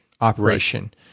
operation